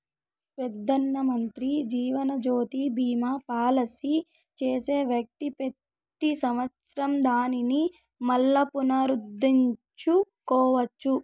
పెదానమంత్రి జీవనజ్యోతి బీమా పాలసీ చేసే వ్యక్తి పెతి సంవత్సరం దానిని మల్లా పునరుద్దరించుకోవచ్చు